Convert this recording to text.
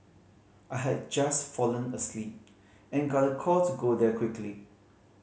I had just fallen asleep and got a call to go there quickly